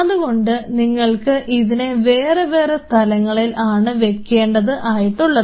അതുകൊണ്ട് നിങ്ങൾക്ക് ഇതിനെ വേറെ വേറെ സ്ഥലങ്ങളിൽ ആണ് വെക്കേണ്ടത് ആയിട്ടുള്ളത്